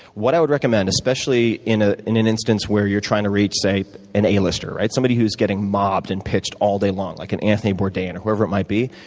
what i would recommend, especially in ah in an instance where you're trying to reach an a-lister, right? somebody who is getting mobbed and pitched all day long, like an anthony bourdain or whoever it might be?